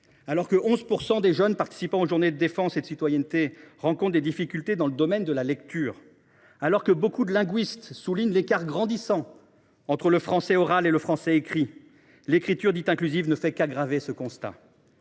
Alors que 11 % des jeunes participant à la Journée défense et citoyenneté (JDC) rencontrent des difficultés dans le domaine de la lecture et que beaucoup de linguistes soulignent l’écart grandissant entre le français oral et le français écrit, l’écriture dite inclusive ne fait qu’aggraver ce constat.